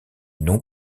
non